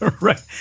right